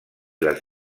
les